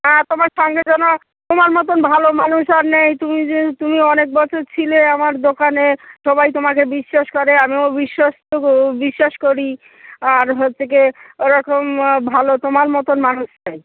না তোমার সঙ্গে যেন তোমার মতন ভালো মানুষ আর নেই তুমি যে তুমি অনেক বছর ছিলে আমার দোকানে সবাই তোমাকে বিশ্বাস করে আমিও বিশ্বস্ত ও বিশ্বাস করি আর হচ্ছেগে ওরকম মো ভালো তোমার মতন মানুষ চাই